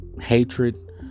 Hatred